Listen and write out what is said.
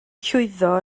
llwyddo